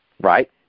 right